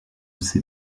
ses